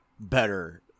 better